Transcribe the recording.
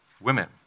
women